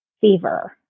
fever